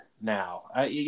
now